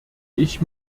ich